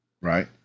Right